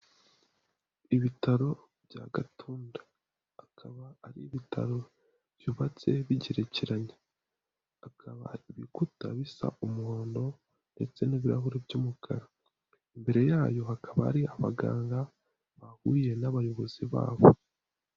Ibitaro bya Gatunda akaba ari ibitaro byubatse bigerekeranye akaba ibikuta bisa umuhondo ndetse n'ibirahure by'umukara, imbere yayo hakaba ari abaganga bahahuriye n'abayobozi babo.